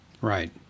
right